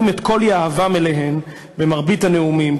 את כל יהבם אליהן במרבית הנאומים,